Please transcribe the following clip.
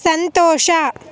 ಸಂತೋಷ